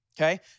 Okay